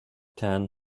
then